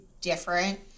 different